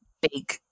big